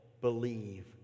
believe